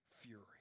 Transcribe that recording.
fury